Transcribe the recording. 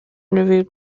revealed